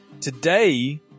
today